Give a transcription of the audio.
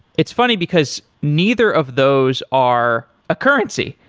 it's funny, because neither of those are a currency.